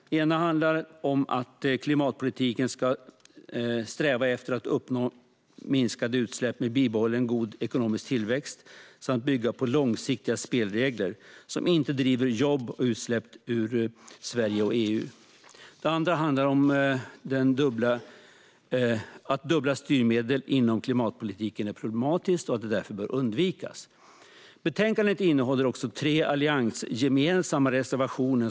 Det ena handlar om att klimatpolitiken ska sträva efter att uppnå minskade utsläpp med bibehållen god ekonomisk tillväxt samt bygga på långsiktiga spelregler som inte driver jobb och utsläpp ur Sverige och EU. Det andra handlar om att dubbla styrmedel inom klimatpolitiken är problematiskt och att det därför bör undvikas. Betänkandet innehåller också tre alliansgemensamma reservationer.